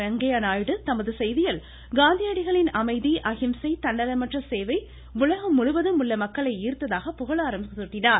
வெங்கய்ய நாயுடு தமது செய்தியில் காந்தியடிகளின் அமைதி அஹிம்சை தன்னலமற்ற சேவை உலகம் முழுவதிலும் உள்ள மக்களை ஈர்த்ததாக புகழாரம் சூட்டினார்